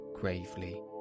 gravely